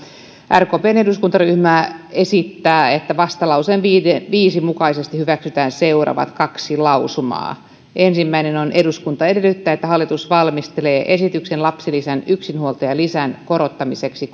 rkpn eduskuntaryhmä esittää että vastalauseen viisi mukaisesti hyväksytään seuraavat kaksi lausumaa ensimmäinen on eduskunta edellyttää että hallitus valmistelee esityksen lapsilisän yksinhuoltajalisän korottamiseksi